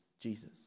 Jesus